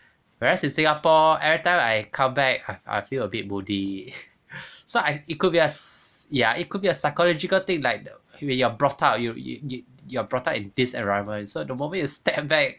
whereas in singapore every time I come back I feel a bit moody so I it could be a ya it could be a psychological thing like though when you are brought up you you you are brought up in this environment so the moment you step back